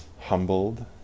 humbled